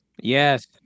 Yes